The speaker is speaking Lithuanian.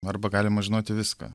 arba galima žinoti viską